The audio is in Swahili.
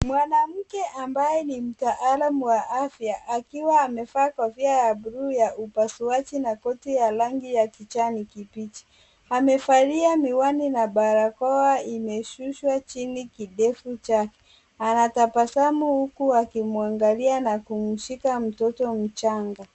Mwanamke ambaye ni mtaalam wa afya, akiwa amevaa kofia ya buluu ya upasuaji na koti ya rangi ya kijani kibichi. Amevalia miwani na barakoa imeshushwa chini kidevu chake. Anatabasamu huku akimwangalia na kumshika mtoto mchanga.